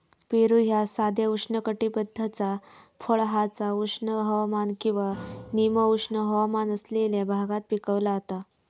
पेरू ह्या साधा उष्णकटिबद्धाचा फळ हा जा उष्ण हवामान किंवा निम उष्ण हवामान असलेल्या भागात पिकवला जाता